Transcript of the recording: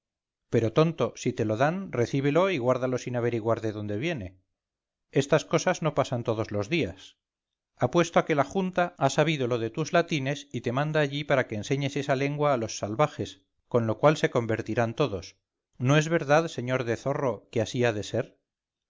pero tonto si te lo dan recíbelo y guárdalo sin averiguar de dónde viene estas cosas no pasan todos los días apuesto a que la junta ha sabido lo de tus latines y te manda allí para que enseñes esa lengua a los salvajes con lo cual se convertirán todos no es verdad sr de zorro que así ha de ser